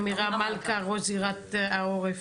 עמירם מלכה, ראש זירת העורף.